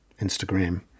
Instagram